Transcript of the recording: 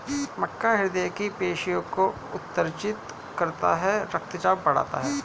मक्का हृदय की पेशियों को उत्तेजित करता है रक्तचाप बढ़ाता है